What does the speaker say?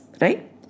right